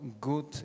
good